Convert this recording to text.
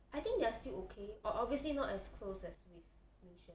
I think they are still okay ob~ obviously not as close as with ting xuan